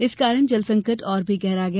इस कारण जलसंकट और भी गहरा गया